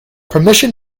permission